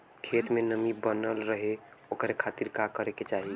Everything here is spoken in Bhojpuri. खेत में नमी बनल रहे ओकरे खाती का करे के चाही?